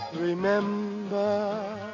Remember